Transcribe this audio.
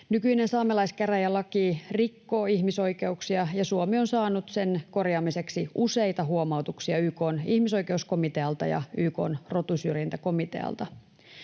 Nykyinen saamelaiskäräjälaki rikkoo ihmisoikeuksia, ja Suomi on saanut sen korjaamiseksi useita huomautuksia YK:n ihmisoikeuskomitealta ja YK:n rotusyrjintäkomitealta.